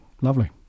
Lovely